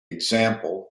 example